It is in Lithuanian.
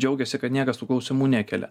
džiaugiasi kad niekas tų klausimų nekelia